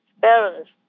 parents